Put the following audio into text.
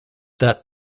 that